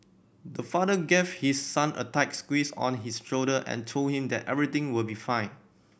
the father gave his son a tight squeeze on his shoulder and told him that everything will be fine